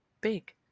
big